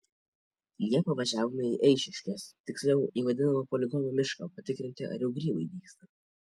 liepą važiavome į eišiškes tiksliau į vadinamą poligono mišką patikrinti ar jau grybai dygsta